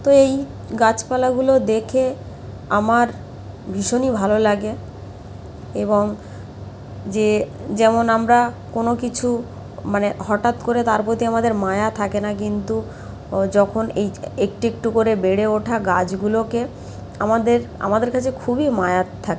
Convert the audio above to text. তো এই গাছপালাগুলো দেখে আমার ভীষণই ভালো লাগে এবং যে যেমন আমরা কোনো কিছু মানে হটাত করে তার প্রতি আমাদের মায়া থাকে না কিন্তু যখন এই একটু একটু করে বেড়ে ওঠা গাছগুলোকে আমাদের আমাদের কাছে খুবই মায়ার থাকে